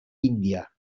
índia